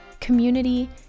community